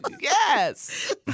Yes